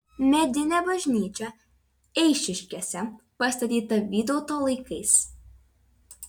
medinė bažnyčia eišiškėse pastatyta vytauto laikais